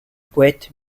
poète